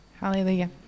Hallelujah